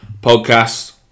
podcast